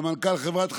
סמנכ"ל חברת החשמל,